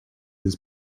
his